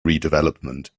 redevelopment